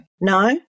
No